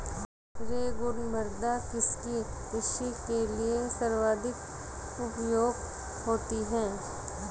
रेगुड़ मृदा किसकी कृषि के लिए सर्वाधिक उपयुक्त होती है?